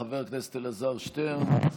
חבר הכנסת אלעזר שטרן,